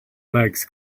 legs